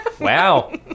wow